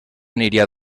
aniria